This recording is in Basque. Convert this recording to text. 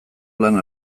lana